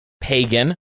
pagan